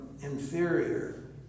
inferior